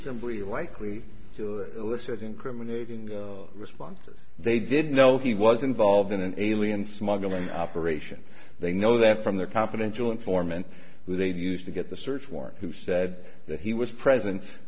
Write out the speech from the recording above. bly likely to elicit incriminating responses they didn't know he was involved in an alien smuggling operation they know that from their confidential informant who they'd used to get the search warrant who said that he was present